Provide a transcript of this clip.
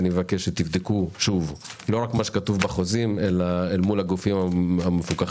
אני מבקש שתבדקו שוב לא רק מה שכתוב בחוזים אלא אל מול הגופים המפוקחים,